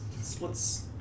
splits